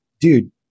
Dude